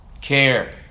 care